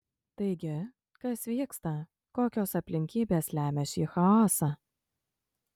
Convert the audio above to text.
taigi kas vyksta kokios aplinkybės lemia šį chaosą